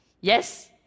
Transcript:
Yes